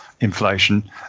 inflation